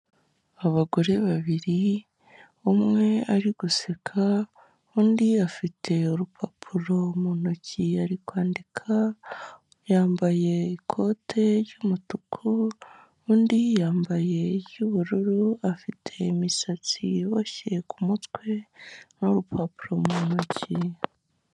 Abagore babiri umwe ari guseka undi afite urupapuro mu ntoki ari kwandika, yambaye ikote ry'umutuku undi yambaye iry'ubururu, afite imisatsi iboshye ku mutwe n'urupapuro mu ntoki.